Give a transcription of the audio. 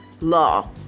law